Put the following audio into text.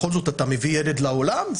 בכל זאת אתה מביא ילד לעולם,